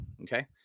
Okay